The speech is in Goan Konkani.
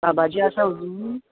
बाबाजी आसा अजून